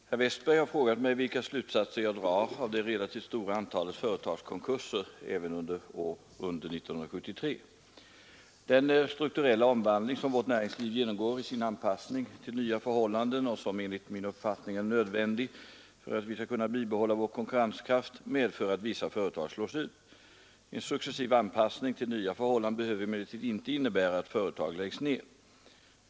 Fru talman! Herr Westberg i Ljusdal har frågat mig vilka slutsatser jag drar av det relativt stora antalet företagskonkurser även under 1973. Den strukturella omvandling som vårt näringsliv genomgår i sin anpassning till nya förhållanden och som enligt min uppfattning är nödvändig för att vi skall kunna bebehålla vår konkurrenskraft medför att vissa företag slås ut. En successiv anpassning till nya förhållanden behöver emellertid inte innebära att företag läggs ner.